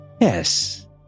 yes